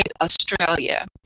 Australia